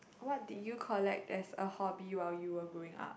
what did you collect as a hobby while you were growing up